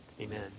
amen